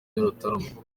nyarutarama